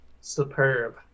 superb